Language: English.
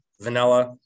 vanilla